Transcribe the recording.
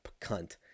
cunt